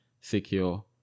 secure